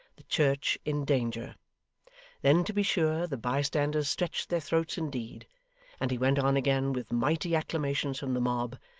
the church in danger then to be sure, the bystanders stretched their throats indeed and he went on again with mighty acclamations from the mob,